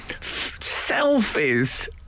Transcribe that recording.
Selfies